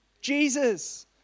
Jesus